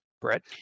Brett